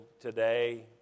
today